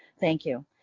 thank you.